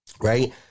right